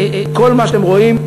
כל מה שאתם רואים.